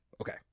Okay